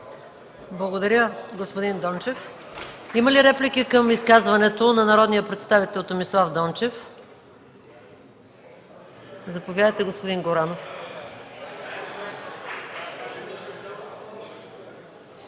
Благодаря, господин Дончев. Има ли реплики към изказването на народния представител Томислав Дончев? Заповядайте, господин Горанов. (Шум,